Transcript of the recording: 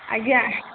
ଆଜ୍ଞା